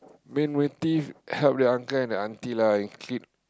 main motive help the uncle and the auntie lah and keep